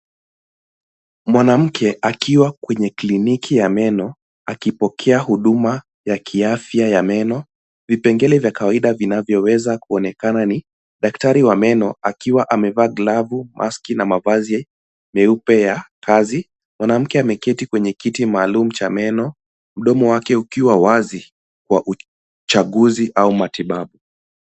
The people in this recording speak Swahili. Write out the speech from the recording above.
Mwanamke akiwa kwenye kliniki ya meno akipokea huduma ya kiafya ya meno, vipengele vya kawaida vinavyoweza kuonekana ni daktari wa meno akiwa amevaa glovu, maski na mavazi meupe ya kazi. Mwanamke ameketi kwenye kiti maalum cha meno, mdomo wake ukiwa wazi kwa uchaguzi au matibabu.